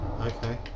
Okay